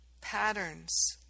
patterns